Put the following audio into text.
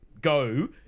go